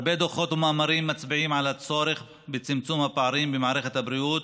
הרבה דוחות ומאמרים מצביעים על הצורך בצמצום הפערים במערכת הבריאות,